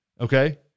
okay